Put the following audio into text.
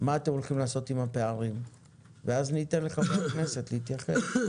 מה אתם הולכים לעשות עם הפערים ואז ניתן לחברי הכנסת להתייחס.